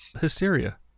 hysteria